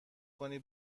کنی